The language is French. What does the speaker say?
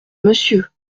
monsieur